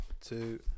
two